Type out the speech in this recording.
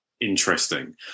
interesting